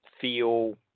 feel